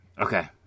okay